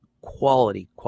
quality